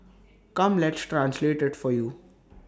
come let's translate IT for you